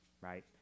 right